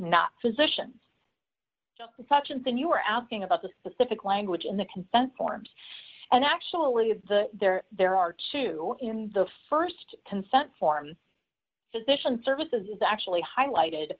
not physicians and such and then you are asking about the specific language in the consent forms and actually of the there there are two in the st consent form physician services is actually highlighted